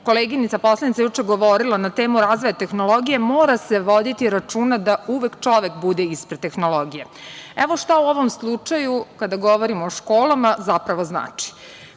koleginica poslanica juče govorila na temu razvoja tehnologije - mora se voditi računa da uvek čovek bude ispred tehnologije. Evo šta to u ovom slučaju, kada govorimo o školama, zapravo znači?